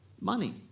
money